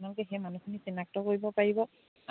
আপোনালোকে সেই মানুহখিনিক চিনাক্ত কৰিব পাৰিব